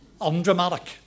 undramatic